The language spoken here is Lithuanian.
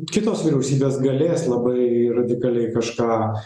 kitos vyriausybės galės labai radikaliai kažką